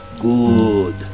good